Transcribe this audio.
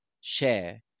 share